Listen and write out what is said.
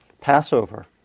Passover